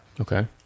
Okay